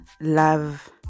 love